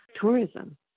tourism